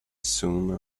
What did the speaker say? soon